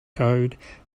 code